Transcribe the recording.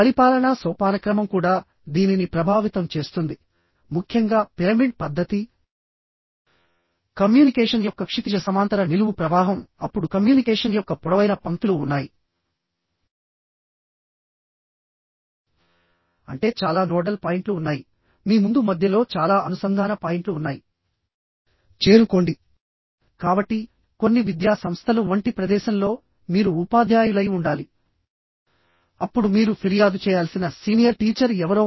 పరిపాలనా సోపానక్రమం కూడా దీనిని ప్రభావితం చేస్తుందిముఖ్యంగా పిరమిడ్ పద్ధతికమ్యూనికేషన్ యొక్క క్షితిజ సమాంతర నిలువు ప్రవాహంఅప్పుడు కమ్యూనికేషన్ యొక్క పొడవైన పంక్తులు ఉన్నాయి అంటే చాలా నోడల్ పాయింట్లు ఉన్నాయిమీ ముందు మధ్యలో చాలా అనుసంధాన పాయింట్లు ఉన్నాయి కాబట్టికొన్ని విద్యా సంస్థలు వంటి ప్రదేశంలోమీరు ఉపాధ్యాయులై ఉండాలిఅప్పుడు మీరు ఫిర్యాదు చేయాల్సిన సీనియర్ టీచర్ ఎవరో ఉన్నారు